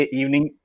evening